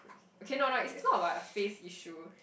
okay no no it's not about face issue